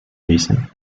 reason